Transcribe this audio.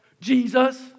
Jesus